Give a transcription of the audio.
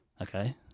okay